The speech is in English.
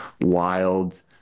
wild